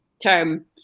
term